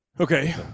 Okay